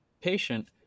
patient